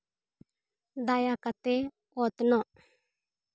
ᱫᱟᱭᱟ ᱠᱟᱛᱮᱫ ᱚᱛᱱᱚᱜ